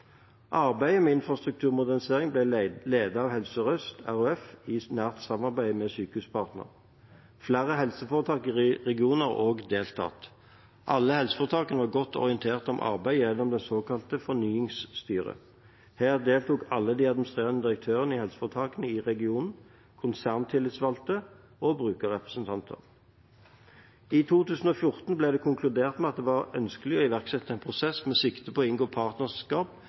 Arbeidet med infrastrukturmoderniseringen ble ledet av Helse Sør-Øst RHF i nært samarbeid med Sykehuspartner. Flere helseforetak i regionen har også deltatt. Alle helseforetakene var godt orientert om arbeidet gjennom det såkalte Fornyingsstyret. Her deltok alle de administrerende direktørene i helseforetakene i regionen, konserntillitsvalgte og brukerrepresentanter. I 2014 ble det konkludert med at det var ønskelig å iverksette en prosess med sikte på å inngå partnerskap